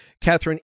Catherine